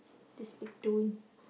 this pig doing